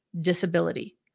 Disability